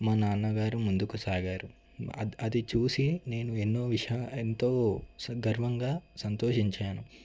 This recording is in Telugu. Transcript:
మా నాన్నగారు ముందుకు సాగారు అది చూసి నేను ఎన్నో ఎంతో సందర్భంగా సంతోషించాను